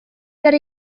that